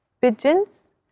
pigeons